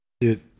dude